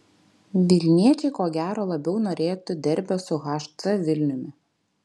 vilniečiai ko gero labiau norėtų derbio su hc vilniumi